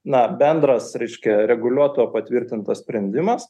na bendras reiškia reguliuotojo patvirtintas sprendimas